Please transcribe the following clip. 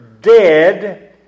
dead